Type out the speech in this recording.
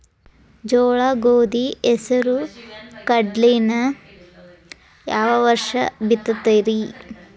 ಜೋಳ, ಗೋಧಿ, ಹೆಸರು, ಕಡ್ಲಿನ ಯಾವ ವರ್ಷ ಬಿತ್ತತಿರಿ?